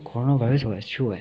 corona virus [what] it's true [what]